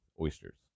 oysters